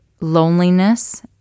loneliness